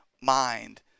mind